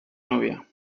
novia